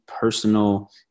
personal